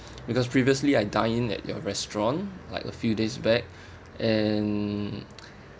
because previously I dine in at your restaurant like a few days back and